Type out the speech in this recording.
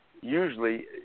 usually